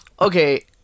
Okay